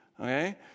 okay